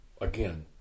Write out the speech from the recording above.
again